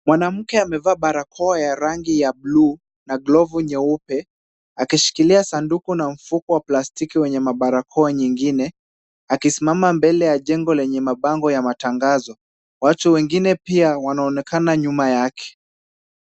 Mwananke amevaa barakoa ya rangi ya buluu na glovu nyeupe akishikilia sanduku na mfuko wa plastiki wenye mabarakoa nyingine, akisimama mbele ya jengo lenye matangazo. watu wengine pia wanaonekana nyuma yake.